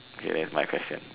okay then my question